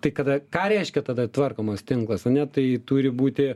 tai kada ką reiškia tada tvarkomas tinklas ane tai turi būti